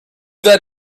that